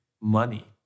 money